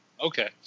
okay